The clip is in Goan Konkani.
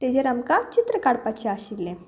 तेजेर आमकां चित्र काडपाचें आशिल्लें